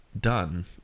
done